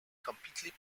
completely